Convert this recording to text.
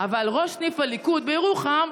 ראש סניף הליכוד בירוחם,